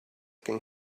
can